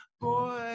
boy